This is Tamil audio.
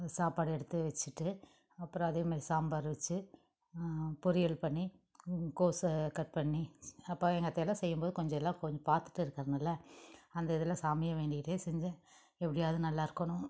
சாப்பாடை எடுத்து வச்சிட்டு அப்புறம் அதே மாதிரி சாம்பார் வச்சி பொரியல் பண்ணி கோஸ் கட் பண்ணி அப்போ எங்கள் அத்தை எல்லாம் செய்யும்போது கொஞ்சம் எல்லாம் கொஞ் பார்த்துட்டு இருக்கிறதுனால அந்த இதில் சாமியை வேண்டிகிட்டு செஞ்சன் எப்படியாவது நல்லா இருக்கணும்